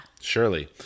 Surely